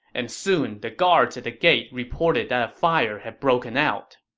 and soon the guards at the gate reported that a fire had broken out